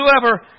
whoever